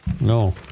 No